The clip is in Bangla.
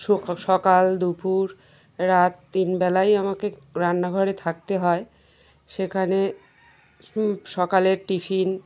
সকাল দুপুর রাত তিন বেলায় আমাকে রান্নাঘরে থাকতে হয় সেখানে সকালের টিফিন